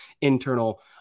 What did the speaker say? internal